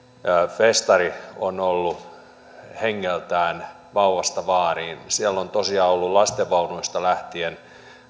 festari on ollut hengeltään vauvasta vaariin siellä on tosiaan ollut lastenvaunuista lähtien